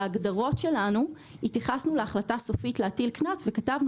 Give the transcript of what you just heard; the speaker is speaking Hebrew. בהגדרות שלנו התייחסנו להחלטה סופית להטיל קנס וכתבנו